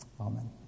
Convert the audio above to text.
Amen